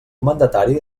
mandatari